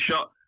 shot